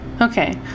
Okay